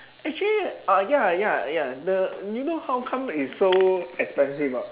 actually ah ya ya ya the you know how come is so expensive or not